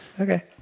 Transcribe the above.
Okay